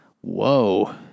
whoa